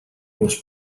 was